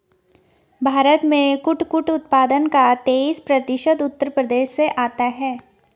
भारत में कुटकुट उत्पादन का तेईस प्रतिशत उत्तर प्रदेश से आता है